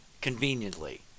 conveniently